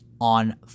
on